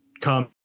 come